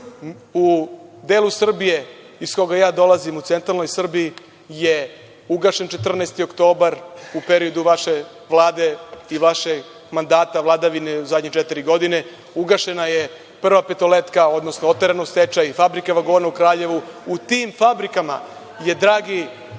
delu Srbije iz koga ja dolazim u centralnoj Srbiji je ugašen „14. oktobar“ u periodu vaše Vlade i vašeg mandata, vladavine u zadnje četiri godine, ugašena je „Prva petoletka“, odnosno oterana u stečaj „Fabrika vagona“ u Kraljevu. U tim fabrikama je drage